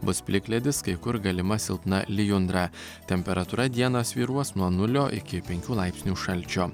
bus plikledis kai kur galima silpna lijundra temperatūra dieną svyruos nuo nulio iki penkių laipsnių šalčio